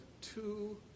two